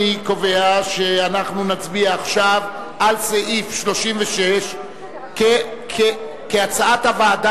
אני קובע שאנחנו נצביע עכשיו על סעיף 36 כהצעת הוועדה